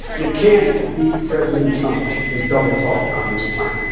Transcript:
you can't beat president trump with double talk on this plan